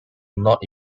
not